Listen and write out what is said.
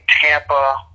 Tampa